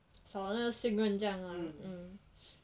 少了那个信任这样啊